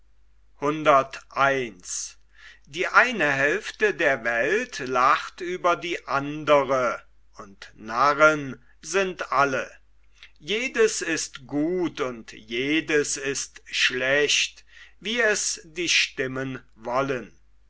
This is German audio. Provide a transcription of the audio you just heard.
die freude der rechtschaffenen und narren sind alle jedes ist gut und jedes ist schlecht wie es die stimmen wollen